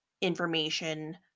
information